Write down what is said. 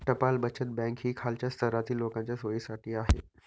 टपाल बचत बँक ही खालच्या स्तरातील लोकांच्या सोयीसाठी आहे